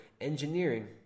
engineering